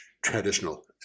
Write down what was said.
Traditional